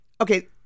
okay